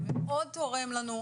הוא מאוד תורם לנו,